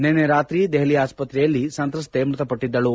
ನಿನ್ನೆ ರಾತ್ರಿ ದೆಹಲಿ ಆಸ್ಪತ್ರೆಯಲ್ಲಿ ಸಂತ್ರಸ್ತೆ ಮೃತಪಟ್ಟದ್ದಳು